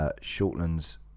Shortlands